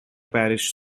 parish